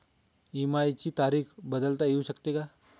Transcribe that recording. EMI ची तारीख बदलता येऊ शकते का?